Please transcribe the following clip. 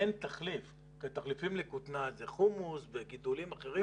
אין תחליף כי התחליפים לכותנה זה חומוס וגידולים אחרים.